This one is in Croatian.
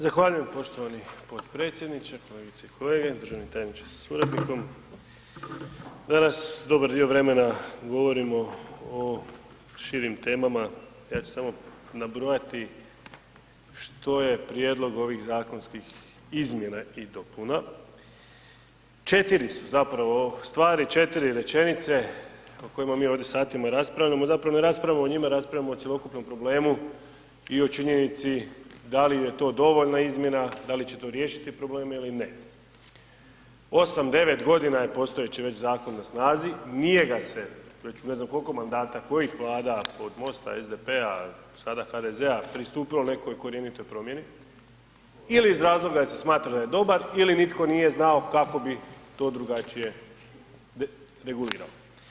Zahvaljujem poštovani potpredsjedniče, kolegice i kolege, državni tajniče sa suradnikom, danas dobar dio vremena govorimo o širim temama, ja ću samo nabrojati što je prijedlog ovih zakonskih izmjena i dopuna, 4 su zapravo stvari, 4 rečenice o kojima mi ovdje satima raspravljamo, zapravo ne raspravljamo o njima, raspravljamo o cjelokupnom problemu i o činjenici da li je to dovoljna izmjena, da li će to riješiti probleme ili ne, 8-9.g. je postojeći već zakon na snazi, nije ga se već ne znam kolko mandata kojih Vlada, od Most-a, SDP-a, sada HDZ-a pristupilo nekoj korjenitoj promjeni ili iz razloga jer se smatra da je dobar ili nitko nije znao kako bi to drugačije regulirao.